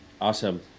Awesome